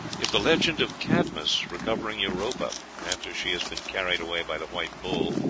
if the legend of cadmus recovering europa, after she has been carried away by the white bull,